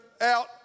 out